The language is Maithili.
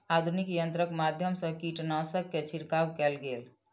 आधुनिक यंत्रक माध्यम सँ कीटनाशक के छिड़काव कएल गेल